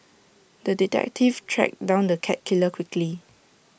the detective tracked down the cat killer quickly